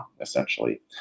essentially